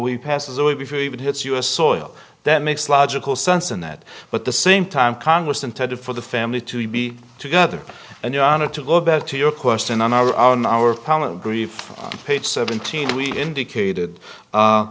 we passes away before even hits us soil that makes logical sense in that but the same time congress intended for the family to be together and yana to go back to your question on our on our talent grief page seventeen we indicated